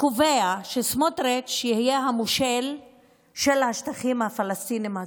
קובע שסמוטריץ' יהיה המושל של השטחים הפלסטיניים הכבושים,